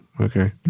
okay